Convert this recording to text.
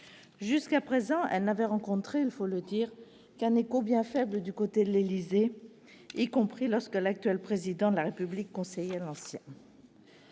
Jusqu'à présent, ces mesures n'avaient rencontré, il faut le dire, qu'un écho bien faible du côté de l'Élysée, y compris lorsque l'actuel Président de la République conseillait l'ancien